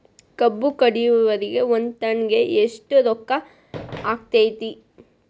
ಕಬ್ಬು ಕಡಿಯುವರಿಗೆ ಒಂದ್ ಟನ್ ಗೆ ಎಷ್ಟ್ ರೊಕ್ಕ ಆಕ್ಕೆತಿ?